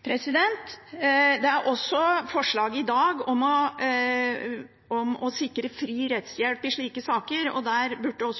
Det er også forslag i dag om å sikre fri rettshjelp i slike saker, og der burde,